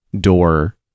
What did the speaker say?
door